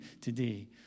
today